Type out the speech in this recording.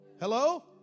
Hello